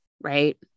Right